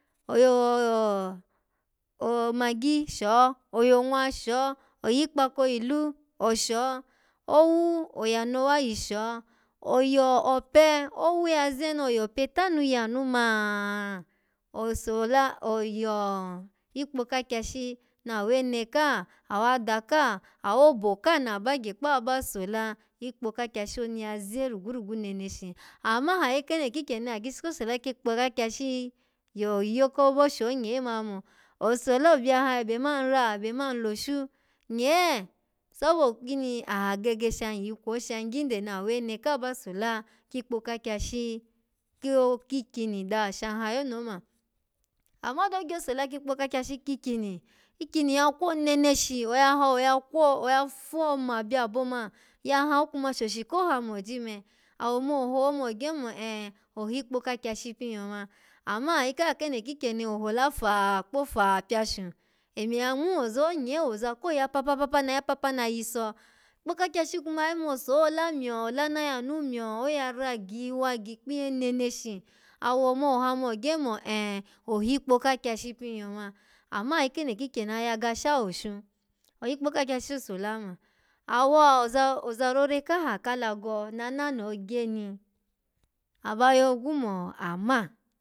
Oyo-o-maggi sho, oyonwa sho, oyi ikpako yi lu, osho owu oyano wa yi sho, oyo ope, owu ya ze no yope tanu yanu maa, osola, oyo-ikpokakyashi na wene kaha, awada kaha, awobo ka na bagye kpawa ba sola, ikpo kakyashi oni ya ze rugu rugu neneshi ammaha ayi kene kikyeni agishi ko sola kikpo kakyashi yo-iyo kobobo oho nye mani omo osola obi ya ha, ebe man ra, ebe man loshu, nye sobo kini aha gege sham yiyi kwo shan gyinde ni awene ka ba sola kikpokakyashi ko-kikyini daha shan ha yo ni oma amma odo sola kikpo kakyashi kikyini, ikyini ya kwo neneshi, oya ho oya kwo-oya fo ma byabo ma, ya ha, okuma shoshi ko ha ma byoji ne! Awo ma oho na ogye mo eh ohikpo kakyashi pin yoma amma ayi kaha keno kikyeni ohola fa, okpo fa pyashui emye ya ngmu ozo nye woza ko ya papa na yiso ikpo kakyashi kuma ya yimu osola myo, ola nu na yanu myo, oya ra giyiwa ya gikpiye hin nenshi awo ma oha ma ogye mo eh ohikpo kakyashi pin yoma amma ayi kene kikyeni ayaha shahoshu oyikpo kakyashi sola oma awa-oza-ozarore kahe ka alago nananoho gye ni, aba yogwu mo ama.